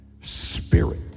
Spirit